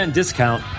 discount